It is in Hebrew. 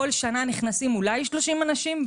בכל שנה נכנסים אולי 30 אנשים.